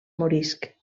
morisc